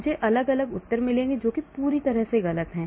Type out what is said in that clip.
मुझे अलग अलग उत्तर मिलेंगे जो पूरी तरह से गलत है